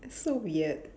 so weird